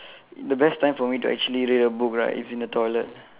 the best time for me to actually read a book right is in the toilet